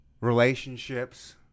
relationships